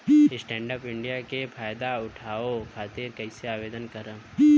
Stand up India के फाइदा उठाओ खातिर कईसे आवेदन करेम?